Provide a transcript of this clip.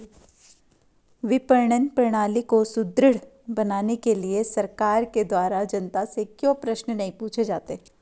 विपणन प्रणाली को सुदृढ़ बनाने के लिए सरकार के द्वारा जनता से क्यों प्रश्न नहीं पूछे जाते हैं?